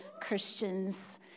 Christians